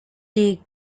die